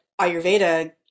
Ayurveda